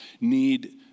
need